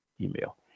email